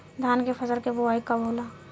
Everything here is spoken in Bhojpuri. धान के फ़सल के बोआई कब होला?